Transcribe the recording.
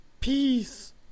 Peace